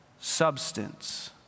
substance